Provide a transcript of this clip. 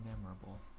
memorable